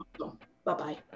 Bye-bye